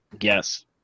Yes